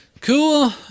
Cool